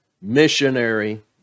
missionary